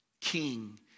king